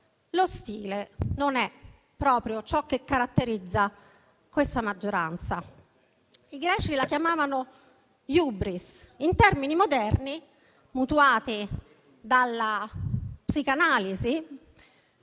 lo stile non è esattamente ciò che caratterizza questa maggioranza. I greci la chiamavano *hybris*. In termini moderni, mutuati dalla psicanalisi,